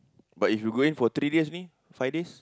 but if you go in for three days means five days